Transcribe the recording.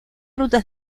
rutas